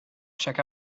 check